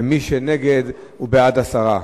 ומי שנגד, הוא בעד הסרה.